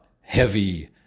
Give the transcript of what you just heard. heavy